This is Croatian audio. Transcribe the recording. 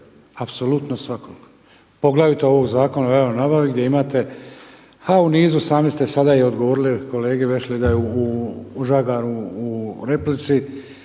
apsolutno svakog poglavito ovog Zakona o javnoj nabavi gdje imate ha u nizu sami ste sada i odgovorili kolegi Vešligaju, Žagaru u replici